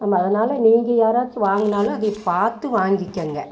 அதனால நீங்கள் யாராச்சும் வாங்கினாலும் அதை பார்த்து வாங்கிக்கங்க